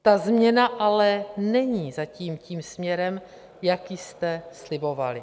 Ta změna ale není zatím tím směrem, jaký jste slibovali.